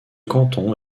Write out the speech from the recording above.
canton